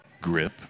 grip